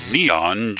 Neon